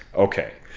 ok.